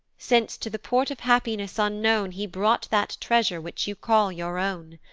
since to the port of happiness unknown he brought that treasure which you call your own.